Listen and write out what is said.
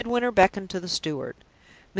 midwinter beckoned to the steward.